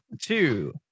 two